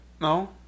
no